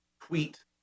tweet